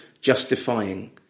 justifying